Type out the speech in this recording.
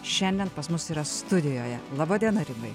šiandien pas mus yra studijoje laba diena rimai